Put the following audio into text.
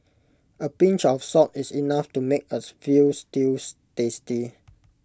A pinch of salt is enough to make as Veal Stews tasty